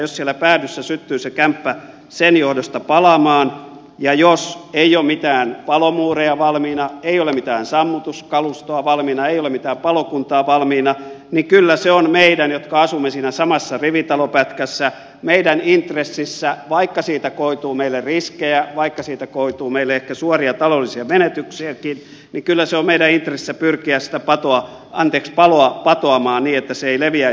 jos siellä päädyssä syttyy se kämppä sen johdosta palamaan eikä ole mitään palomuureja sammutuskalustoa tai palokuntaa valmiina niin kyllä se on meidän intressissämme jotka asumme siinä samassa rivitalonpätkässä vaikka siitä koituu meille riskejä ehkä suoria taloudellisia menetyksiäkin kylässä on meren kanssa pyrkijästä pyrkiä sitä paloa patoamaan niin että se ei leviäisi siitä kämpästä